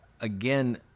again